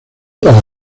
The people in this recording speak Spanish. para